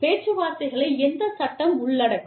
பேச்சுவார்த்தைகளை எந்த சட்டம் உள்ளடக்கும்